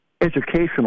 educational